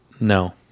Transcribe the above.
No